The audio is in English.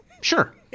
Sure